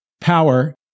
Power